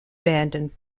abandoned